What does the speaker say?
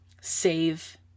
save